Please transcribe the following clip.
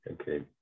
Okay